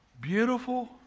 beautiful